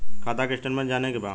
खाता के स्टेटमेंट जाने के बा?